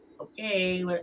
okay